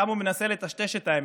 כמה הוא מנסה לטשטוש את האמת,